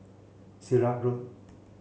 Sirat Road